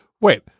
wait